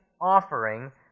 offering